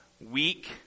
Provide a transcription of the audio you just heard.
weak